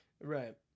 Right